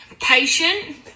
patient